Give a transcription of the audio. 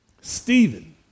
Stephen